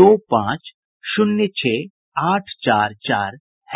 दो पांच शून्य छह आठ चार चार है